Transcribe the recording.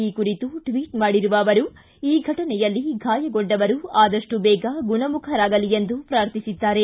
ಈ ಕುರಿತು ಟ್ವಿಟ್ ಮಾಡಿರುವ ಅವರು ಆ ಘಟನೆಯಲ್ಲಿ ಫಾಯಗೊಂಡವರು ಆದಷ್ಟು ಬೇಗ ಗುಣರಾಗಲಿ ಎಂದು ಪ್ರಾರ್ಥಿಸಿದ್ದಾರೆ